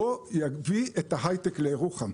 לא יביא את ההיי-טק לירוחם,